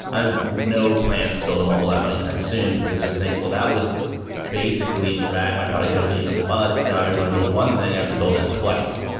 i have no plans to build a mobile app anytime soon, because i just think, well, that would basically drag my productivity into the mud, because now every time i build one thing, i have to build it twice.